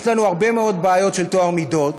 יש לנו הרבה מאוד בעיות של טוהר מידות,